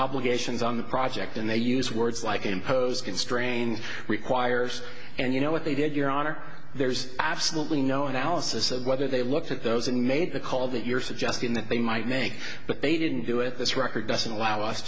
obligations on the project and they use words like impose constrained requires and you know what they did your honor there's absolutely no analysis of whether they looked at those and made the call that you're suggesting that they might make but they didn't do it this record doesn't allow us